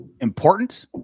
important